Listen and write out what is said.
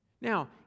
Now